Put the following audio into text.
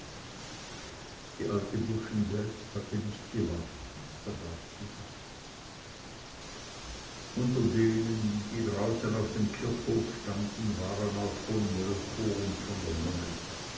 die alte buschen selbst hatte nicht gewagt mit dabeizusein unter denen die draußen auf dem kirchhof standen waren auch von molchow und von der nonne